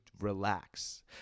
relax